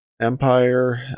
Empire